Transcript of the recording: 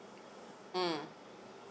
mm